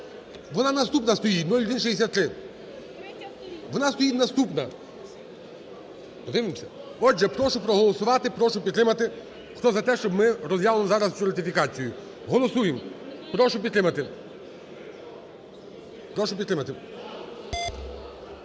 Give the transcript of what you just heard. Вона наступна стоїть, 0163. Вона стоїть наступна. Отже, прошу проголосувати. Прошу підтримати. Хто за те, щоб ми розглянули зараз цю ратифікацію. Голосуємо. Прошу підтримати. Прошу підтримати.